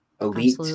Elite